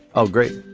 oh, great.